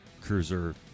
Cruiser